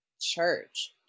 church